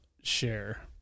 share